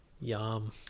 Yum